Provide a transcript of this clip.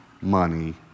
money